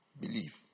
Believe